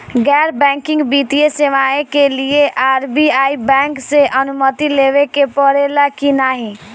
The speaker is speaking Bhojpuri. गैर बैंकिंग वित्तीय सेवाएं के लिए आर.बी.आई बैंक से अनुमती लेवे के पड़े ला की नाहीं?